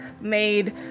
made